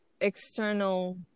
external